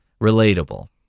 Relatable